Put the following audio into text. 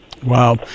Wow